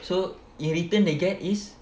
so in return they get is